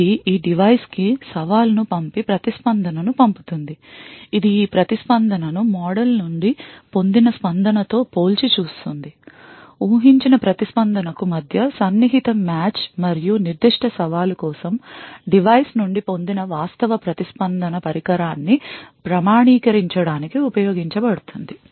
ఇది ఈ డివైస్ కి సవాలును పంపి ప్రతిస్పందనను పొందుతుంది ఇది ఈ ప్రతిస్పందనను మోడల్ నుండి పొందిన స్పందనతో పోల్చి చూస్తుంది ఊహించిన ప్రతిస్పందన కు మధ్య సన్నిహిత మ్యాచ్ మరియు నిర్దిష్ట సవాలు కోసం డివైస్ నుండి పొందిన వాస్తవ ప్రతిస్పందన పరికరాన్ని ప్రామాణీకరించడానికి ఉపయోగించబడుతుంది